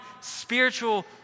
spiritual